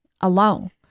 alone